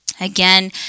again